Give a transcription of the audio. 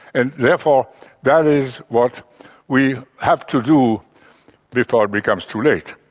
and therefore that is what we have to do before it becomes too late.